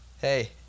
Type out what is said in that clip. Hey